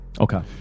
Okay